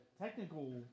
technical